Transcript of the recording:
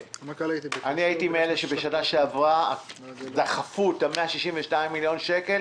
הייתי מאלה שבשנה שעברה דחפו לאשר את ה-162 מיליון שקל,